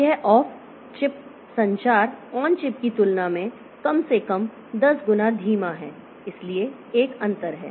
तो यह off chip संचार ऑन चिप की तुलना में कम से कम 10 गुना धीमा है इसलिए एक अंतर है